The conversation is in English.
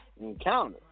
Encounter